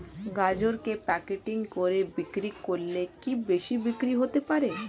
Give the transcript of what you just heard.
গাজরকে প্যাকেটিং করে বিক্রি করলে কি বেশি বিক্রি হতে পারে?